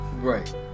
Right